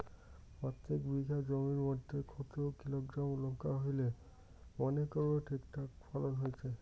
প্রত্যেক বিঘা জমির মইধ্যে কতো কিলোগ্রাম লঙ্কা হইলে মনে করব ঠিকঠাক ফলন হইছে?